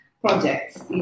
projects